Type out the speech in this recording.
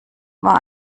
war